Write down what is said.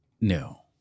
No